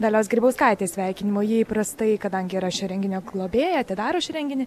dalios grybauskaitės sveikinimo ji įprastai kadangi yra šio renginio globėja atidaro šį renginį